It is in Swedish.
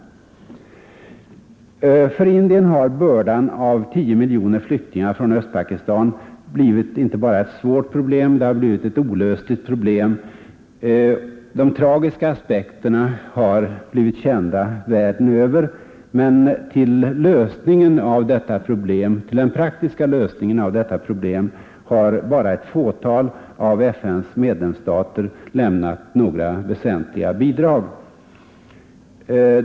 För Indien har bördan av tio miljoner flyktingar från Östpakistan blivit inte bara ett svårt problem utan ett olösligt problem. De tragiska aspekterna har blivit kända världen över, men till den praktiska lösningen av detta problem har bara ett fåtal av FN:s medlemsstater lämnat några väsentliga bidrag.